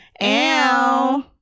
Ow